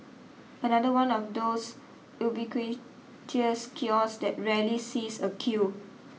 another one of those ubiquitous kiosks that rarely sees a queue